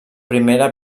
primera